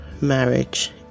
marriage